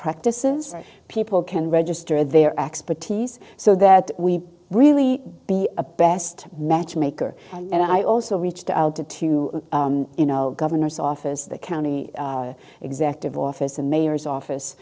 practices people can register their expertise so that we really be a best matchmaker and i also reached out to to you know governor's office the county exact of office and mayor's office